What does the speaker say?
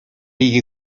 икӗ